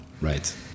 Right